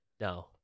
No